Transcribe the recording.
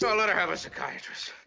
so i let her have a psychiatrist.